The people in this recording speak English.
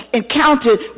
encountered